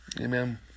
Amen